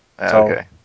Okay